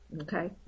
okay